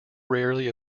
rarely